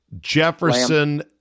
Jefferson